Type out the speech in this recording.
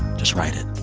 just write it.